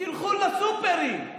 תלכו לסופרים.